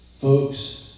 Folks